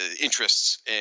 interests